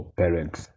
parents